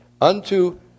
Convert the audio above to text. unto